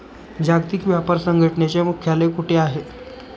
जागतिक व्यापार संघटनेचे मुख्यालय कुठे आहे?